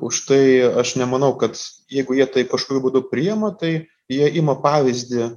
užtai aš nemanau kad jeigu jie taip kažkokiu būdu priima tai jie ima pavyzdį